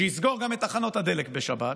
שיסגור גם את תחנות הדלק בשבת,